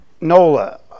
Nola